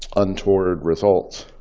untoward results.